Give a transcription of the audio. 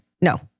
No